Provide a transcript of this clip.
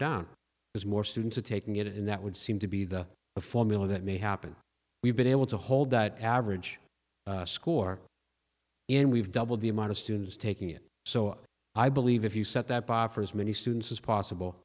down as more students are taking it and that would seem to be the formula that may happen we've been able to hold that average score in we've doubled the amount of students taking it so i believe if you set that bar for as many students as possible